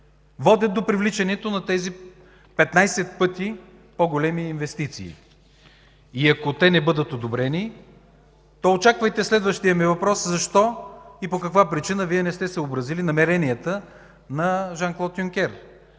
водят до привличането на 15 пъти по-големи инвестиции. Ако те не бъдат одобрени, то очаквайте следващия ми въпрос: защо и по каква причина не сте съобразили намеренията на Жан Клод Юнкер?